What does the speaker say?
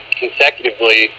consecutively